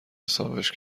حسابش